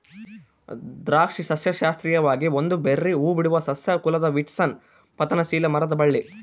ದ್ರಾಕ್ಷಿ ಸಸ್ಯಶಾಸ್ತ್ರೀಯವಾಗಿ ಒಂದು ಬೆರ್ರೀ ಹೂಬಿಡುವ ಸಸ್ಯ ಕುಲದ ವಿಟಿಸ್ನ ಪತನಶೀಲ ಮರದ ಬಳ್ಳಿ